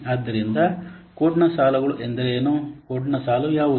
ಆದ್ದರಿಂದ ಕೋಡ್ನ ಸಾಲುಗಳು ಎಂದರೇನು ಕೋಡ್ನ ಸಾಲು ಯಾವುದು